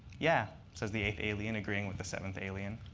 yeah, says the eighth alien, agreeing with the seventh alien.